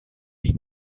dei